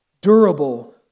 durable